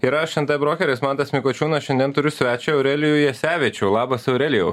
ir aš nt brokeris mantas mikočiūnas šiandien turiu svečią aurelijų jasevičių labas aurelijau